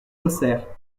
auxerre